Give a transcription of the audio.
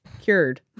Cured